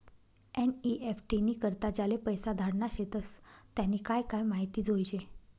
NEFT नी करता ज्याले पैसा धाडना शेतस त्यानी काय काय माहिती जोयजे